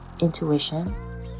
intuition